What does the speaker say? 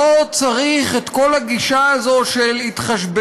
לא צריך את כל הגישה הזאת של התחשבנות